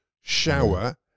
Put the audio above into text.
shower